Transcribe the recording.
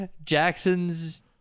Jackson's